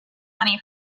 money